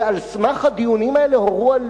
ועל סמך הדיונים האלה הורו על